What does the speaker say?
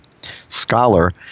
scholar